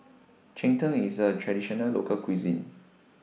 Cheng Tng IS A Traditional Local Cuisine